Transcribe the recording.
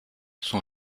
son